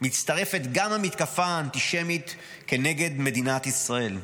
מצטרפת גם המתקפה האנטישמית כנגד מדינת ישראל,